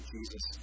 Jesus